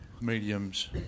mediums